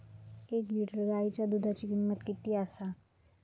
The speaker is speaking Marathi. एक लिटर गायीच्या दुधाची किमंत किती आसा?